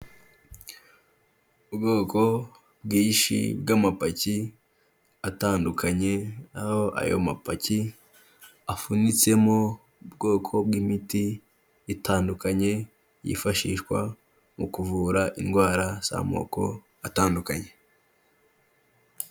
Ubwoko bwinshi bw'amapaki atandukanye, aho ayo mapaki afunitsemo ubwoko bw'imiti itandukanye, yifashishwa mu kuvura indwara z'amoko atandukanye.